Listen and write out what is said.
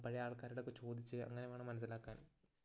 പഴയ ആൾക്കാരോടൊക്കെ ചോദിച്ച് അങ്ങനെവേണം മനസിലാക്കാൻ